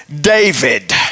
David